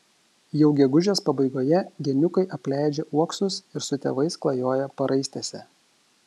jau gegužės pabaigoje geniukai apleidžia uoksus ir su tėvais klajoja paraistėse